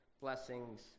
blessings